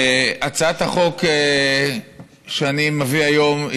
הצעת החוק שאני מביא היום,